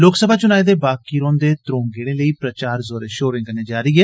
लोकसभा चुनाएं दे बाकी दे त्रौं गेड़े लेई प्रचार जोरें शोरें कन्नै जारी ऐ